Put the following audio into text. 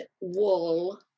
wool